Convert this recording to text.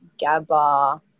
GABA